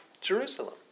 Jerusalem